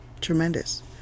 Tremendous